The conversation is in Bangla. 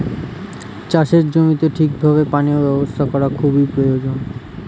চাষের জমিতে ঠিক ভাবে পানীয় ব্যবস্থা করা খুবই প্রয়োজন